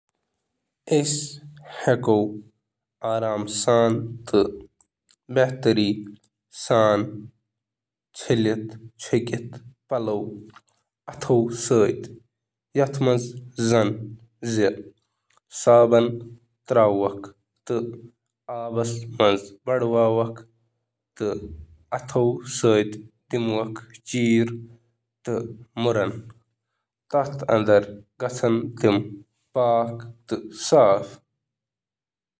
اَتھٕ سۭتۍ لانڈری کرنہٕ خٲطرٕ، گۄڈٕ پنٕنۍ پلو رنگہٕ سۭتۍ ترتیٖب، پتہٕ اکھ بیسن ہلکہٕ آبہٕ سۭتۍ بٔرِو تہٕ ہلکہٕ ڈٹرجنٹ سۭتۍ، نرمی سۭتۍ پنٕنۍ پلو صابن آبس منٛز ترٲوتھ، کینٛہہ منٹن تام روٗزِو اتھ کتھہٕ پیٹھ منحصر زِ تم کوتاہ گندا چھِ، نرمی سۭتۍ کُنہٕ تہٕ داغ رگڑو، صاف آبہٕ سۭتۍ اصل پٲٹھۍ چھلنہٕ، زیادٕ نمی نچوڑو۔ تہٕ ہوہس خۄشٕک کرنہٕ خٲطرٕ چُھ ہموار روزان۔